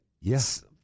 Yes